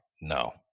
no